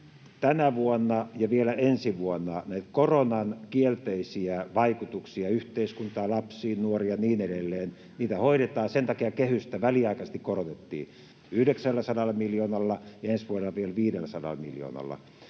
tänä vuonna ja vielä ensi vuonna näitä koronan kielteisiä vaikutuksia yhteiskuntaan, lapsiin, nuoriin ja niin edelleen hoidetaan. Sen takia kehystä väliaikaisesti korotettiin 900 miljoonalla ja ensi vuodelle vielä 500 miljoonalla.